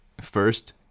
first